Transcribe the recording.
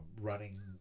running